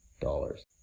dollars